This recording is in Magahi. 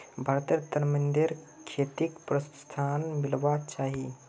भारतत तरमिंदेर खेतीक प्रोत्साहन मिलवा चाही